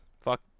fuck